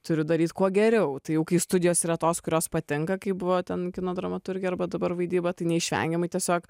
turiu daryt kuo geriau tai kai studijos yra tos kurios patinka kai buvo ten kino dramaturgija arba dabar vaidyba tai neišvengiamai tiesiog